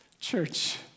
church